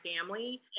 family